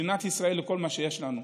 מדינת ישראל היא כל מה שיש לנו.